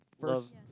first